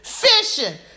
fishing